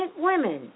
women